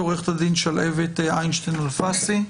עו"ד שלהבת איינשטיין אלפסי,